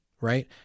right